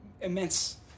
immense